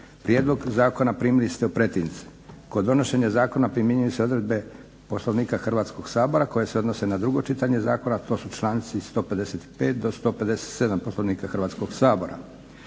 Prijedlog zakona primili ste u pretince. Kod donošenja zakona primjenjuju se odredbe Poslovnika Hrvatskog sabora koje se odnose na drugo čitanje zakona, članci 155. do 157. Poslovnika Hrvatskog sabora.